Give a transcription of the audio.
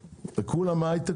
כולם כאן מההיי-טק